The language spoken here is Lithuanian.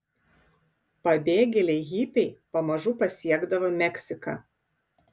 pabėgėliai hipiai pamažu pasiekdavo meksiką